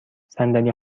صندلی